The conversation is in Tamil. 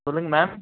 சொல்லுங்கள் மேம்